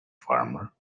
farmer